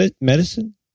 medicine